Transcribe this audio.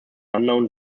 unknown